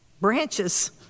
branches